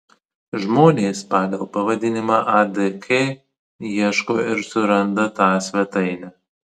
žmonės pagal pavadinimą adk ieško ir suranda tą svetainę